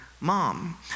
mom